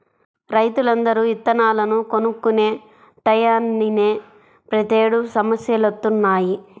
రైతులందరూ ఇత్తనాలను కొనుక్కునే టైయ్యానినే ప్రతేడు సమస్యలొత్తన్నయ్